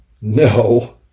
No